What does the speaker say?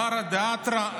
מרא דאתרא,